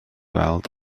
weld